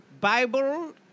bible